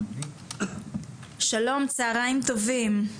שלום, צהריים טובים.